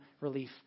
relief